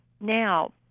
now